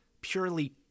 purely